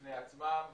בפני עצמם.